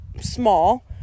small